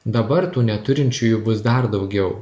dabar tų neturinčiųjų bus dar daugiau